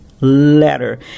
Letter